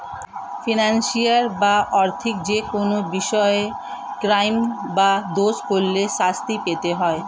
financial বা আর্থিক যেকোনো বিষয়ে ক্রাইম বা দোষ করলে শাস্তি পেতে হয়